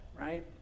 right